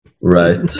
Right